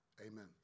Amen